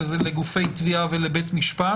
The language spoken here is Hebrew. שאומרת שזה יהיה פתוח רק לגופי תביעה ולבית משפט,